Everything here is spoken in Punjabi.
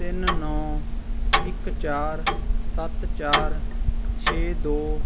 ਤਿੰਨ ਨੌਂ ਇੱਕ ਚਾਰ ਸੱਤ ਚਾਰ ਛੇ ਦੋ